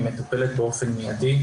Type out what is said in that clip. היא מטופלת באופן מיידי.